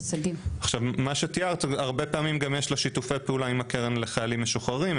הרבה פעמים גם יש שיתופי פעולה עם הקרן לחיילים משוחררים,